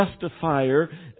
justifier